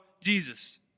Jesus